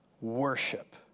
worship